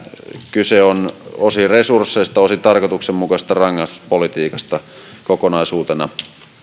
kyse on osin resursseista osin tarkoituksenmukaisesta rangaistuspolitiikasta kokonaisuutena